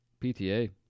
PTA